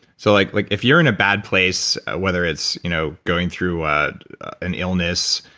so like like if you're in a bad place, whether it's you know going through an illness,